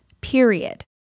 Period